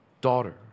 Daughter